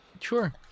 Sure